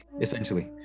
essentially